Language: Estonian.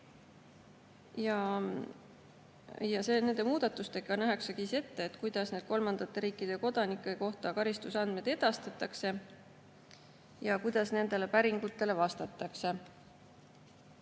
Nende muudatustega nähakse ette, kuidas kolmandate riikide kodanike kohta karistusandmeid edastatakse ja kuidas nendele päringutele vastatakse.